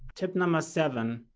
tip number seven.